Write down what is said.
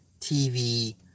TV